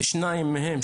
שניים מהם,